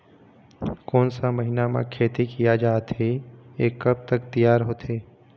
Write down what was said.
कोन सा महीना मा खेती किया जाथे ये कब तक तियार होथे?